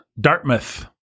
Dartmouth